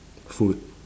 food